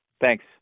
Thanks